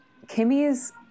Kimmy's